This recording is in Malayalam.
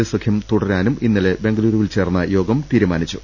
എസ് സഖ്യം തുടരാനും ഇന്നലെ ബംഗളുരുവിൽ ചേർന്ന യോഗം തീരുമാനിച്ചു